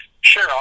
Sure